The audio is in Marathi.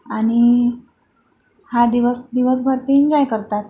आणि हा दिवस दिवसभर तीनवेळा करतात